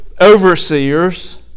overseers